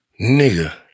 nigga